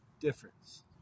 difference